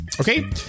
Okay